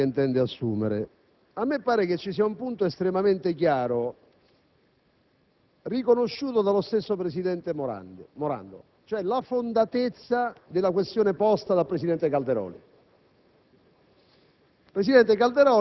alle determinazioni che intende assumere. A me pare che ci sia un punto estremamente chiaro, riconosciuto dello stesso presidente Morando, cioè la fondatezza della questione posta dal vice presidente Calderoli.